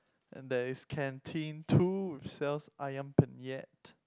and there is canteen two which sells Ayam-Penyet